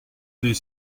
des